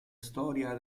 storia